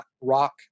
rock